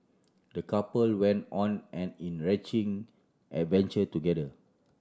the couple went on an enriching adventure together